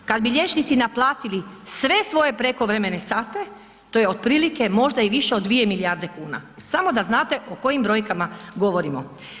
Kad bi liječnici naplatiti sve svoje prekovremene sate to je otprilike možda i više od 2 milijarde kuna, samo da znate o kojim brojkama govorimo.